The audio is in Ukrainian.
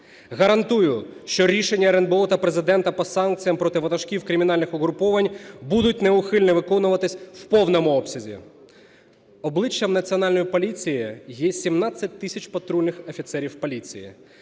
Гарантую, що рішення РНБО та Президента по санкціям проти ватажків кримінальних угруповань будуть неухильно виконуватись в повному обсязі. Обличчям Національної поліції є 17 тисяч патрульних офіцерів поліції.